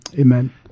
Amen